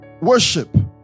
Worship